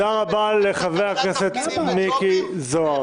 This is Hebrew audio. וג'ובים --- תודה לחבר הכנסת מיקי זוהר.